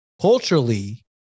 Culturally